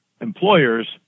employers